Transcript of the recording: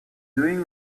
doing